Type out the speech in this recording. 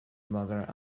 mother